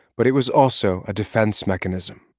but it was also a defense mechanism.